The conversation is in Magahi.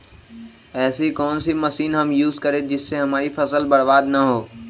ऐसी कौन सी मशीन हम यूज करें जिससे हमारी फसल बर्बाद ना हो?